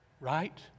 Right